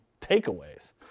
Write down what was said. takeaways